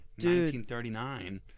1939